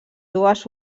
dues